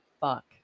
fuck